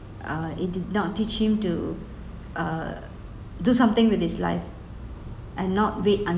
uh it did not teach him to uh do something with his life and not wait